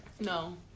No